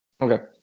okay